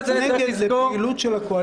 --- זאת תגובת נגד של הפעילות של הקואליציה,